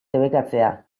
debekatzea